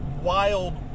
wild